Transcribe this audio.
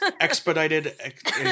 expedited